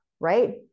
right